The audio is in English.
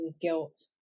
guilt